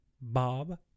Bob